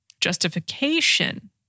justification